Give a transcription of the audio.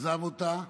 עזב אותה,